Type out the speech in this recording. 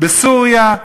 בסוריה,